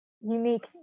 unique